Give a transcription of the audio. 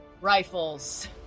rifles